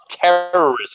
terrorism